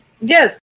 Yes